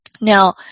Now